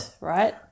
right